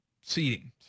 seating